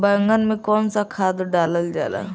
बैंगन में कवन सा खाद डालल जाला?